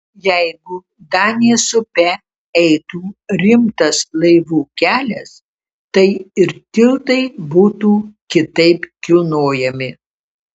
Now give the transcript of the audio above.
jeigu danės upe eitų rimtas laivų kelias tai ir tiltai būtų kitaip kilnojami